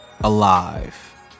Alive